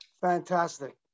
Fantastic